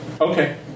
Okay